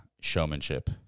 showmanship